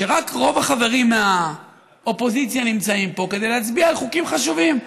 כשרק רוב החברים מהאופוזיציה נמצאים פה כדי להצביע על חוקים חשובים.